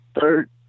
third